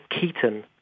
Keaton